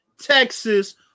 Texas